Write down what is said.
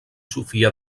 sofia